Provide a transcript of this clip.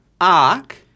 arc